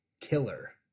killer